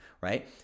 right